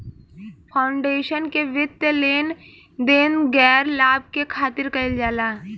foundation के वित्तीय लेन देन गैर लाभ के खातिर कईल जाला